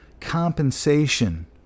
compensation